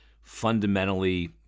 fundamentally